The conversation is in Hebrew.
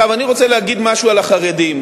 אני רוצה להגיד משהו על החרדים,